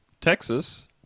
Texas